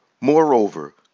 Moreover